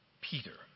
Peter